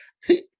see